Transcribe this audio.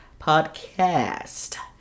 podcast